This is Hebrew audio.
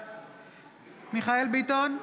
בעד מיכאל מרדכי ביטון,